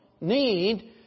need